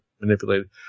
manipulated